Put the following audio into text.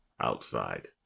outside